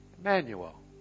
Emmanuel